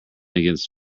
against